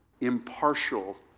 impartial